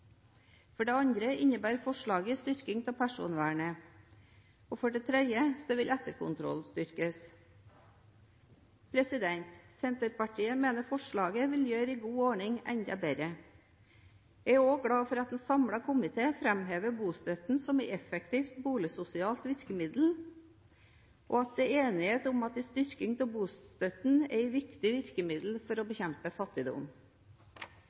For det andre innebærer forslaget en styrking av personvernet. For det tredje vil etterkontrollen styrkes. Senterpartiet mener forslaget vil gjøre en god ordning enda bedre. Jeg er også glad for at en samlet komité framhever bostøtten som et effektivt boligsosialt virkemiddel, og at det er enighet om at en styrking av bostøtten er et viktig virkemiddel for å bekjempe fattigdom.